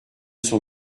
son